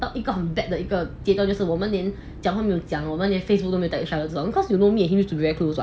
一个很 bad 的一个阶段就是我们连讲话都没有讲我们 Facebook 都没有 tag each other you know me and him used to be very close [what]